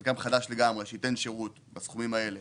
חלקן חדש לגמרי שייתן שירות בסכומים האלה